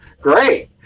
great